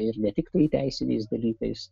ir ne tiktai teisiniais dalykais